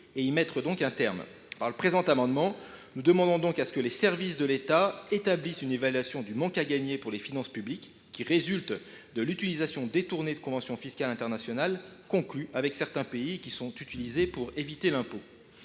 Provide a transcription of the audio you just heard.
Par le présent amendement, je demande donc que les services de l’État procèdent à une évaluation du manque à gagner pour les finances publiques résultant de l’utilisation détournée de conventions fiscales internationales conclues avec certains pays afin d’éviter l’impôt.